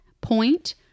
point